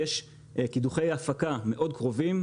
ויש קידוחי הפקה מאוד קרובים,